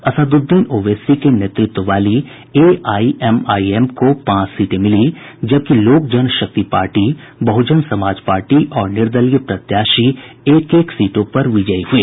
असदुद्दीन ओवैसी के नेतृत्व वाली एआईएमआईएम को पांच सीटें मिली जबकि लोक जनशक्ति पार्टी बह्जन समाज पार्टी और निर्दलीय प्रत्याशी एक एक सीटों पर विजयी हुए